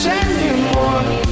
anymore